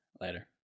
Later